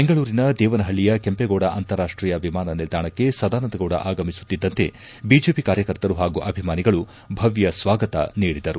ಬೆಂಗಳೂರಿನ ದೇವನಪಳ್ಳಿಯ ಕೆಂಪೇಗೌಡ ಅಂತಾರಾಷ್ಟೀಯ ವಿಮಾನ ನಿಲ್ದಾಣಕ್ಕೆ ಸದಾನಂದಗೌಡ ಆಗಮಿಸುತ್ತಿದ್ದಂತೆ ಬಿಜೆಪಿ ಕಾರ್ಯಕರ್ತರು ಹಾಗೂ ಅಭಿಮಾನಿಗಳು ಭವ್ಯ ಸ್ವಾಗತ ನೀಡಿದರು